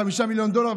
5 מיליון דולר,